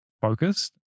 focused